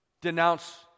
denounce